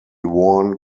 worn